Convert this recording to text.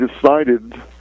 decided